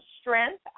Strength